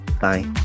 Bye